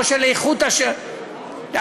לא של איכות לאט-לאט,